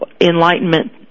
enlightenment